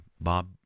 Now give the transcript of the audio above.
Bob